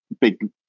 big